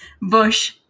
bush